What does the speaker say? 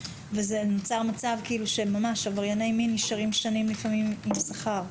ונוצר מצב שעברייני מין נשארים לפעמים שנים עם שכר.